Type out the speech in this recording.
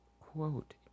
quote